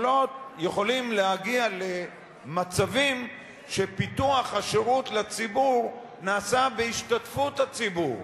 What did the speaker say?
יכולים להגיע למצבים שפיתוח השירות לציבור נעשה בהשתתפות הציבור.